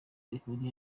ihuriye